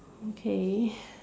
okay